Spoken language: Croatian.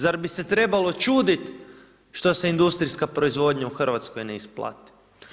Zar bi se trebalo čuditi što se industrijska proizvodnja u Hrvatskoj neisplati.